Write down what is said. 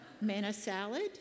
manna-salad